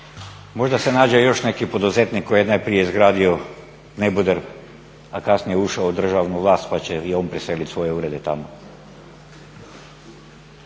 možda se nađe još neki poduzetnik koji je najprije izgradio neboder, a kasnije ušao u državnu vlast pa će i on preselit svoje urede tamo.